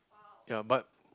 ya but